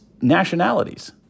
nationalities